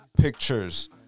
Pictures